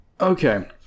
Okay